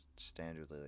standardly